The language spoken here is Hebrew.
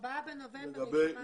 ב-4 בנובמבר.